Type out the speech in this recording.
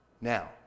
Now